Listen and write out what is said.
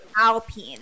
Alpine